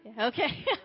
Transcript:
Okay